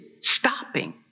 stopping